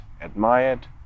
admired